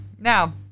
Now